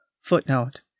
Footnote